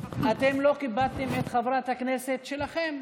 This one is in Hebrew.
אתם לא כיבדתם את חברת הכנסת שלכם,